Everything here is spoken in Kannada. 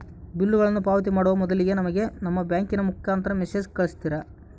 ಬಿಲ್ಲುಗಳನ್ನ ಪಾವತಿ ಮಾಡುವ ಮೊದಲಿಗೆ ನಮಗೆ ನಿಮ್ಮ ಬ್ಯಾಂಕಿನ ಮುಖಾಂತರ ಮೆಸೇಜ್ ಕಳಿಸ್ತಿರಾ?